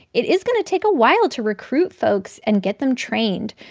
it is going to take a while to recruit folks and get them trained.